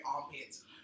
armpits